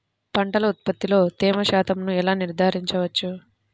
పంటల ఉత్పత్తిలో తేమ శాతంను ఎలా నిర్ధారించవచ్చు?